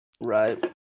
Right